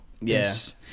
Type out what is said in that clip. yes